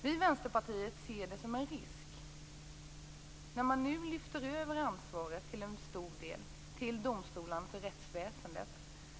Vi i Vänsterpartiet ser det som en risk att ansvaret nu till stor del lyfts över till domstolarna och rättsväsendet.